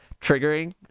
triggering